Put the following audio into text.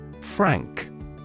Frank